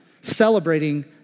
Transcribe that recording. celebrating